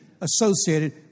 associated